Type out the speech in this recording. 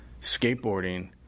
skateboarding